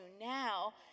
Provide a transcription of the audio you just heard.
now